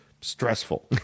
Stressful